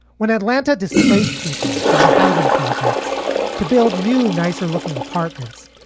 when atlanta displaced people from the housing projects to build new, nicer looking apartments,